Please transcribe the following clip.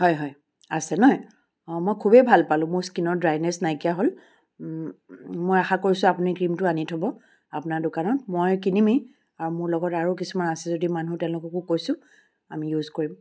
হয় হয় আছে নে অঁ মই খুবেই ভাল পালোঁ মোৰ স্কিনৰ ড্ৰাইনেছ নাইকিয়া হ'ল মই আশা কৰিছোঁ আপুনি ক্ৰিমটো আনি থ'ব আপোনাৰ দোকানত মই কিনিমেই আৰু মোৰ লগত আৰু কিছুমান আছে যদি মানুহ তেওঁলোককো কৈছোঁ আমি ইউজ কৰিম